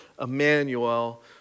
Emmanuel